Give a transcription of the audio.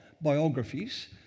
biographies